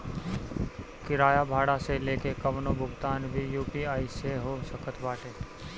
किराया भाड़ा से लेके कवनो भुगतान भी यू.पी.आई से हो सकत बाटे